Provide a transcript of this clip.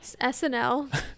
SNL